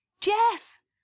Jess